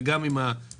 וגם עם הנכנסת.